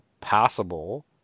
possible